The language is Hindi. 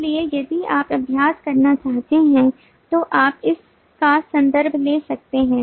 इसलिए यदि आप अभ्यास करना चाहते हैं तो आप इस का संदर्भ ले सकते हैं